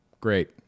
great